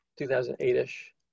2008-ish